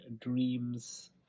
dreams